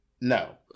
No